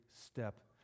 step